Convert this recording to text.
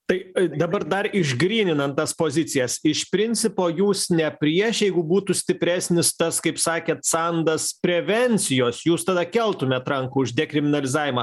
tai dabar dar išgryninant tas pozicijas iš principo jūs ne prieš jeigu būtų stipresnis tas kaip sakėt sandas prevencijos jūs tada keltumėt ranką už dekriminalizavimą